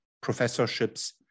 professorships